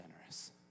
generous